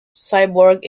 cyborg